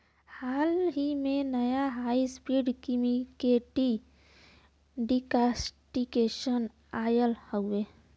हाल ही में, नया high speed kinematic decortication oil हउवे